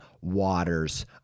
waters